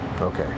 Okay